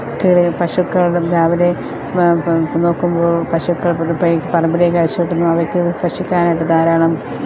പശുക്കളും രാവിലെ നോക്കുമ്പോൾ പശുക്കൾ പറമ്പിലേക്ക് അഴിച്ചു വിടുന്നു അവയ്ക്ക് ഭക്ഷിക്കാൻ ആയിട്ട് ധാരാളം